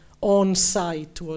on-site